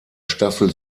staffel